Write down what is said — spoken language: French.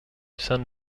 sainte